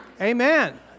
Amen